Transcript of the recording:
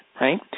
right